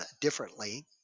differently